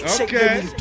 Okay